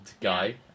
guy